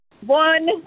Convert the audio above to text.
One